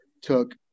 took